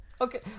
okay